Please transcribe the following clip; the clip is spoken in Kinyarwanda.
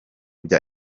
bya